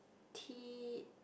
T